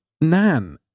Nan